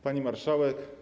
Pani Marszałek!